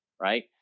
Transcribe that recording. right